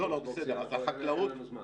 לא, אנחנו לא נעבור פה, אין לנו זמן.